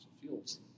fuels